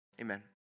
Amen